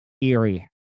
eerie